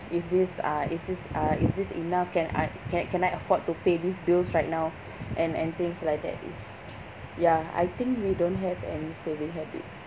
is this uh is this uh is this enough can I can can I afford to pay these bills right now and and things like that it's ya I think we don't have any saving habits